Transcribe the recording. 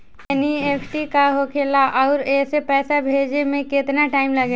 NEFT का होखे ला आउर एसे पैसा भेजे मे केतना टाइम लागेला?